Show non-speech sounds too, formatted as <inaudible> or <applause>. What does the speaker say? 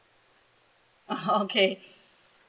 <laughs> oh okay